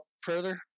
further